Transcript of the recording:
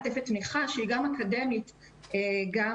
מעטפת התמיכה היא גם אקדמית וגם